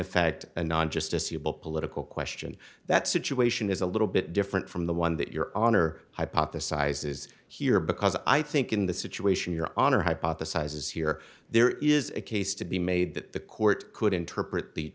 effect and not just a suitable political question that situation is a little bit different from the one that your honor hypothesizes here because i think in the situation your honor hypothesizes here there is a case to be made that the court could interpret the